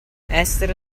essere